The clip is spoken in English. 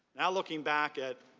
now looking back at